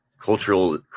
Cultural